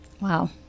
Wow